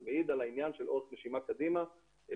זה מעיד על העניין של אורך נשימה קדימה אל